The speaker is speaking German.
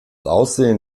aussehen